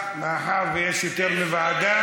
אם כך, מאחר שיש יותר מוועדה אחת: